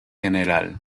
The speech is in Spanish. gral